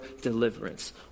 deliverance